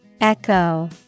Echo